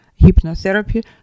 hypnotherapy